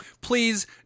please